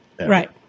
Right